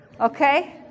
Okay